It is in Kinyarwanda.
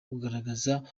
kugaragaza